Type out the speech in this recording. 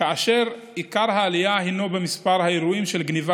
כאשר עיקר העלייה הינה במספר האירועים של גנבת